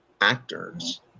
actors